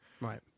Right